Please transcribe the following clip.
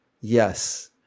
Yes